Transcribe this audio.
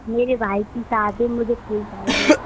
मेरे भाई की शादी है मुझे फूल चाहिए